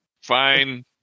Fine